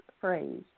phrase